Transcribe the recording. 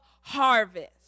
harvest